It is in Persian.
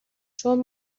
چون